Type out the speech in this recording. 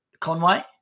Conway